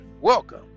Welcome